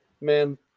man